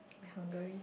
my Hungary